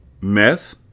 Meth